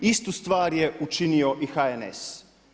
Istu stvar je učinio i HNS.